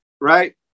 right